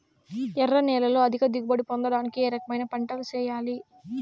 ఎర్ర నేలలో అధిక దిగుబడి పొందడానికి ఏ రకమైన పంటలు చేయాలి?